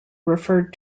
referred